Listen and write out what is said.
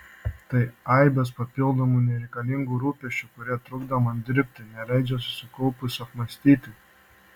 tai aibės papildomų nereikalingų rūpesčių kurie trukdo man dirbti neleidžia susikaupus apmąstyti